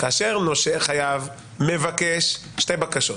כאשר נושה חייב מבקש שתי בקשות,